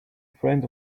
friend